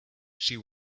she